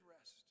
rest